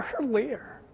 earlier